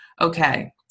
Okay